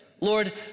Lord